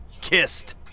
kissed